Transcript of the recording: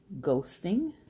ghosting